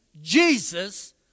Jesus